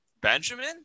Benjamin